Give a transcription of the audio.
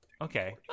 okay